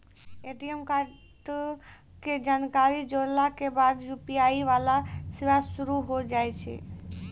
ATM कार्डो के जानकारी जोड़ला के बाद यू.पी.आई वाला सेवा शुरू होय जाय छै